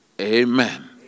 Amen